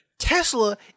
Tesla